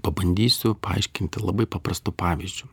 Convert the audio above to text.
pabandysiu paaiškinti labai paprastu pavyzdžiu